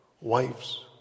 wives